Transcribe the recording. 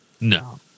No